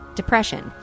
depression